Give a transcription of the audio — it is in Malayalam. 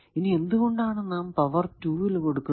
ഇനി എന്ത്കൊണ്ട് നാം പവർ 2 ൽ കൊടുക്കുന്നു